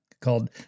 called